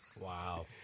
Wow